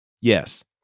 Yes